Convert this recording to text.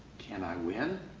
can i win?